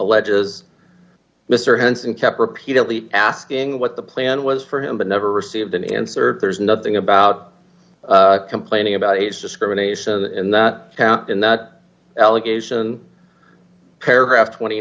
alleges mr henson kept repeatedly asking what the plan was for him but never received an answer there's nothing about complaining about age discrimination in that count in that allegation paragraph twenty